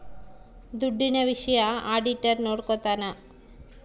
ದುಡ್ಡಿನ ವಿಷಯ ಆಡಿಟರ್ ನೋಡ್ಕೊತನ